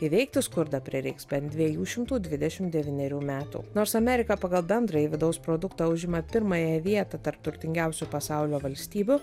įveikti skurdą prireiks bent dviejų šimtų dvidešim devynerių metų nors amerika pagal bendrąjį vidaus produktą užima pirmąją vietą tarp turtingiausių pasaulio valstybių